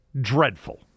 Dreadful